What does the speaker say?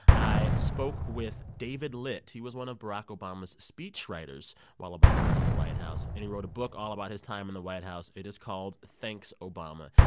i spoke with david litt. he was one of barack obama's speechwriters while obama was in the white house. and he wrote a book all about his time in the white house. it is called thanks, obama.